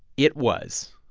it was.